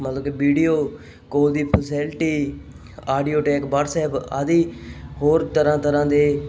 ਮਤਲਬ ਕਿ video call ਦੀ ਫੈਸਿਲਿਟੀ ਆਡੀਓ ਟੇਕ ਵਟਸਐਪ ਆਦਿ ਹੋਰ ਤਰ੍ਹਾਂ ਤਰ੍ਹਾਂ ਦੇ